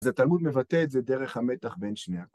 אז התלמוד מבטא את זה דרך המתח בין שני הכול.